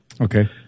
Okay